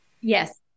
Yes